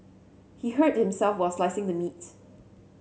he hurt himself while slicing the meat